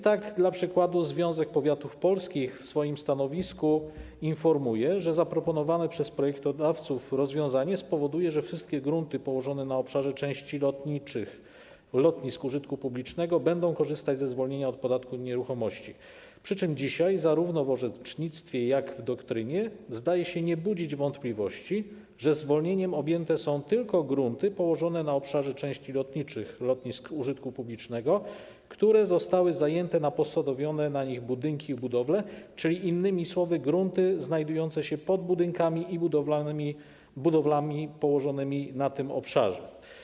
Tak dla przykładu Związek Powiatów Polskich w swoim stanowisku informuje, że zaproponowane przez projektodawców rozwiązanie spowoduje, że wszystkie grunty położone na obszarze części lotniczych lotnisk użytku publicznego będą korzystać ze zwolnienia od podatku od nieruchomości, przy czym dzisiaj zarówno w orzecznictwie, jak i w doktrynie zdaje się nie budzić wątpliwości fakt, że zwolnieniem objęte są tylko grunty położone na obszarze części lotniczych lotnisk użytku publicznego, które zostały zajęte na posadowione na nich budynki i budowle, czyli innymi słowy, grunty znajdujące się pod budynkami i budowlami położonymi na tym obszarze.